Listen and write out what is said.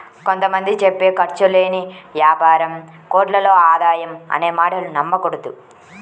కొంత మంది చెప్పే ఖర్చు లేని యాపారం కోట్లలో ఆదాయం అనే మాటలు నమ్మకూడదు